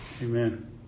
Amen